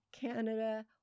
Canada